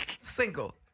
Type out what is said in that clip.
single